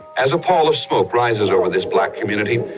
as a pall of smoke rises over this black community,